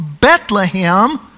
Bethlehem